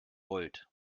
volt